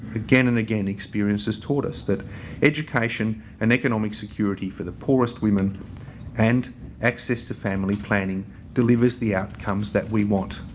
again and again experience has taught us that education and economic security for the poorest women and access to family planning delivers the outcomes that we want.